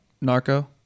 Narco